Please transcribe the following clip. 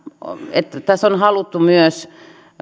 että tässä on on haluttu myös